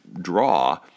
draw